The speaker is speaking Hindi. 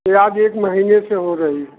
यह आज एक महीने से हो रहा